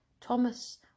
Thomas